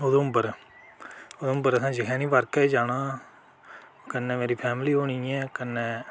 उधमपुर उधमपुर असें जखैनी पार्कै च जाना कन्नै मेरी फैमली होनी ऐ कन्नै